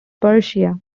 persia